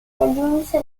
raggiunse